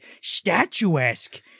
statuesque